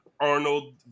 Arnold